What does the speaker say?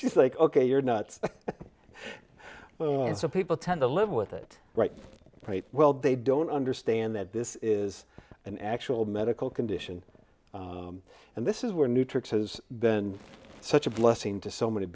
she's like ok you're nuts and so people tend to live with it right right well they don't understand that this is an actual medical condition and this is where new tricks has been such a blessing to so many